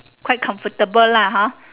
quite comfortable lah hor